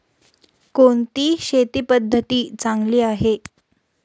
कोणती शेती पद्धती चांगली आहे?